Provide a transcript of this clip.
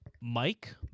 Mike